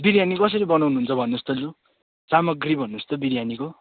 बिरियानी कसरी बनाउनु हुन्छ भन्नुहोस् लु सामग्री भन्नुहोस् त बिरियानीको